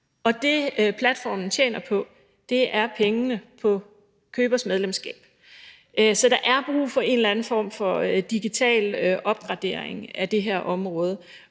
Og det, som platformen tjener på, er pengene på købers medlemskab. Så der er brug for en eller anden form for digital opgradering af det her område,